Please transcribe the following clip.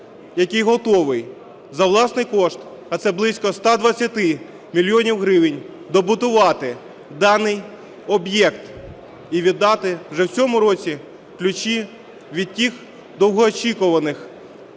який готовий за власні кошти, а це близько 120 мільйонів гривень, добудувати даний об'єкт і віддати вже в цьому році ключі від тих довгоочікуваних